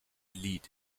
lied